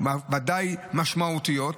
ודאי משמעותיות,